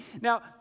Now